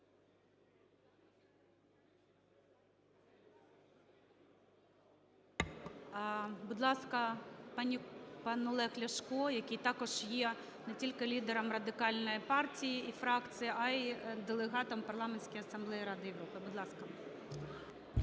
Будь ласка, пан Олег Ляшко, який також є не тільки лідером Радикальної партії і фракції, а й делегатом Парламентської асамблеї Ради Європи. Будь ласка.